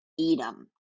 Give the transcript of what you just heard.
Edom